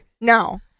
No